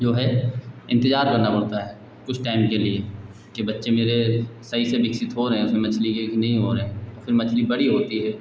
जो है इंतज़ार करना पड़ता है कुछ टाइम के लिए कि बच्चे मेरे सही से विकसित हो रहे हैं मछली के लिए कि नहीं मछली के कि नहीं हो रहे और फ़िर मछली बड़ी होती है